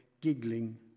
giggling